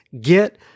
get